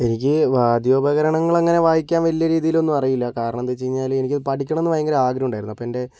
എനിക്ക് വാദ്യോപകരണങ്ങൾ അങ്ങനെ വായിക്കാൻ വലിയ രീതിയിലൊന്നും അറിയില്ല കാരണം കാരണമെന്താണെന്ന് വെച്ചു കഴിഞ്ഞാൽ എനിക്ക് പഠിക്കണമെന്ന് ഭയങ്കര ആഗ്രഹമുണ്ടായിരുന്നു അപ്പോൾ എന്റെ